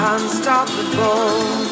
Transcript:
Unstoppable